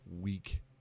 week